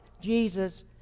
Jesus